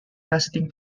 casting